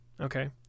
Okay